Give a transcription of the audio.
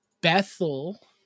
Bethel